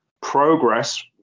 Progress